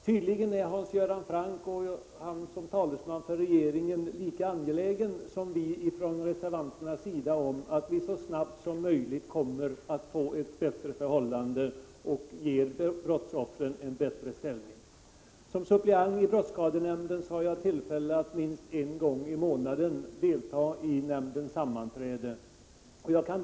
Tydligen är Hans Göran Franck såsom talesman för regeringen lika angelägen som vi reservanter om att så snabbt som möjligt kunna ge brottsoffren en bättre ställning. Som suppleant i brottsskadenämnden har jag tillfälle att minst en gång i månaden delta i nämndens sammanträden.